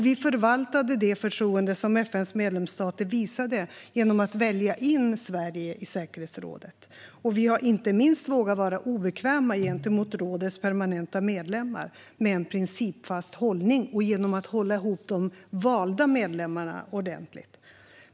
Vi förvaltade det förtroende som FN:s medlemsstater visade genom att välja in Sverige i säkerhetsrådet. Vi har, inte minst, vågat vara obekväma gentemot rådets permanenta medlemmar med en principfast hållning och genom att hålla ihop de valda medlemmarna ordentligt.